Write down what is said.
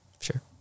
Sure